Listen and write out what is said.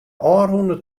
ôfrûne